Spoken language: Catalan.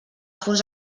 fos